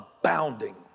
abounding